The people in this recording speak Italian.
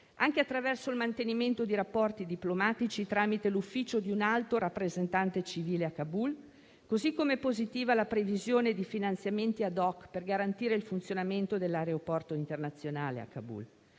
anche attraverso il mantenimento di rapporti diplomatici, tramite l'ufficio di un Alto rappresentante civile a Kabul, così com'è positiva la previsione di finanziamenti *ad hoc* per garantire il funzionamento dell'aeroporto internazionale in quella